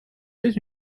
être